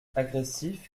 agressif